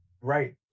Right